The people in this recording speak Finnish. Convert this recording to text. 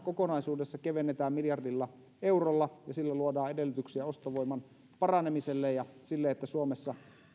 kokonaisuudessaan kevennetään miljardilla eurolla ja sillä luodaan edellytyksiä ostovoiman paranemiselle ja sille että suomessa